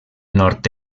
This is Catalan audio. nord